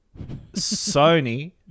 Sony